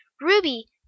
Ruby